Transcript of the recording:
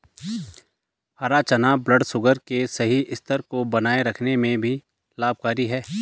हरा चना ब्लडशुगर के सही स्तर को बनाए रखने में भी लाभकारी है